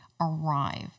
arrive